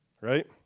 right